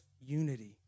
unity